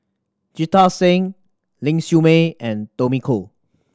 Jita Singh Ling Siew May and Tommy Koh